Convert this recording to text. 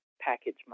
package